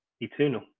eternal